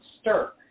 stir